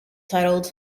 titled